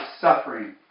suffering